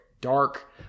Dark